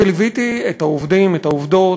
ליוויתי את העובדים, את העובדות,